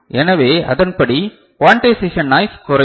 எனவே அதன்படி quantisation noise குறையும்